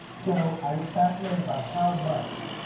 so i was fascinated by how much